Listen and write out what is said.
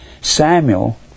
Samuel